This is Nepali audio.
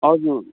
हजुर